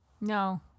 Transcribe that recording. No